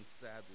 sadly